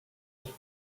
false